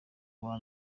uwa